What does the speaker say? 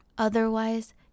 Otherwise